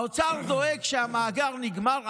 האוצר דואג שהמאגר נגמר,